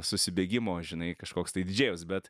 susibėgimo žinai kažkoks tai didžėjus bet